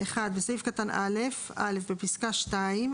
הרוקחים(1) בסעיף קטן (א) בפסקה (2),